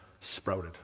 sprouted